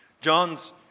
John's